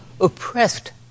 oppressed